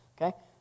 okay